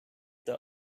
the